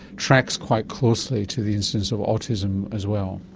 tracks quite closely to the instance of autism as well.